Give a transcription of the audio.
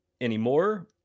anymore